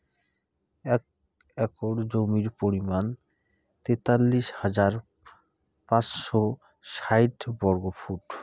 এক একর জমির পরিমাণ তেতাল্লিশ হাজার পাঁচশ ষাইট বর্গফুট